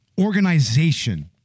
organization